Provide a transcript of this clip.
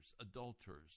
adulterers